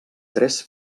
tres